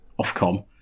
Ofcom